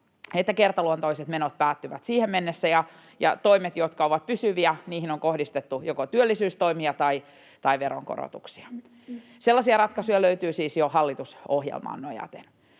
että kertaluontoiset menot päättyvät siihen mennessä ja toimiin, jotka ovat pysyviä, on kohdistettu joko työllisyystoimia tai veronkorotuksia. Sellaisia ratkaisuja löytyy siis jo hallitusohjelmaan nojaten.